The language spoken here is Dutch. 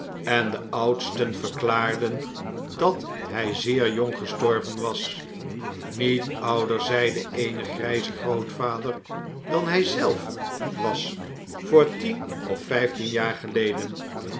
en de oudsten verklaarden dat hij zeer jong gestorven was niet ouder zeide eene grijze grootvader dan hij zelf was voor tien of vijftien jaar geleden